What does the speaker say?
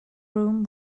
room